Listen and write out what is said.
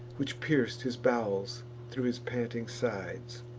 which pierc'd his bowels thro' his panting sides.